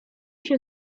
się